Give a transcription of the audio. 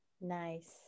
nice